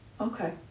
Okay